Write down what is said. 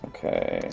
Okay